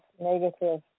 negative